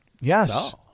Yes